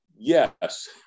Yes